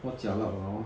jialat 了 hor